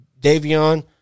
Davion